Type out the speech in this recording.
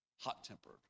hot-tempered